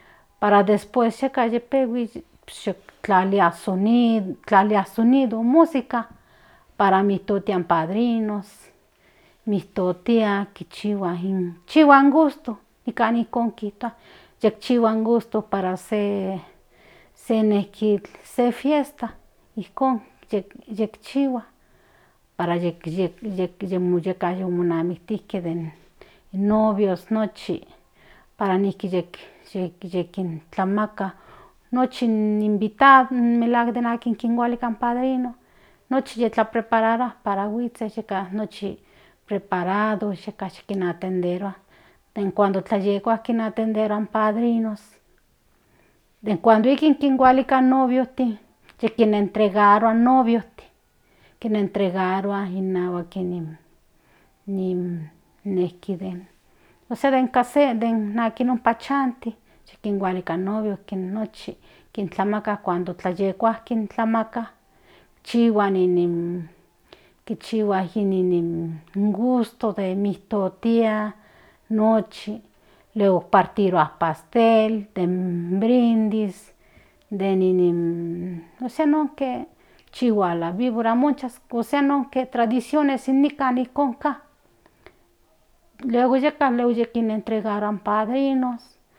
Para después yeka yipehui pues yektlalia sonido tlalia para mitotia in padrinos mitotia chihua in gusto casi ijkon kitua yeka chihua in gusto para se se fiesta ijkon yekchihua para yeka yu monamijtike in novios nochi para nijki yekintlamaka nochi in invitados melahuak den nikan kualika in padrinos para noshtin yeka preparado noshtin kinatenderua den cuando tlayekua kinatenderua in padrinos den cuando ikin kinhualika in niviotin yekenetregarua in noviotin inahuak nin ósea den aki nompa chanti kinhuaalika in novios nochi kintlama cuando tlayekua tlamaka kichihua in gusto de mitotia nochi luego partirua in pastel den brindis ósea nonke chihua la vibora ósea nonke tradiciones inikan ijkon ka luego yeka kinentregarua in padrinos.